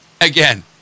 Again